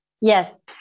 yes